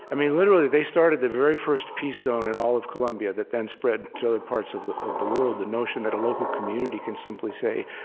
and literally, they started the very first peace zone in all of colombia that then spread to other parts of the of the world the notion that a local community can simply say,